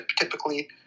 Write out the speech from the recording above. typically